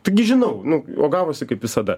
taigi žinau nu o gavosi kaip visada